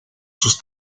sus